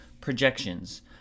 projections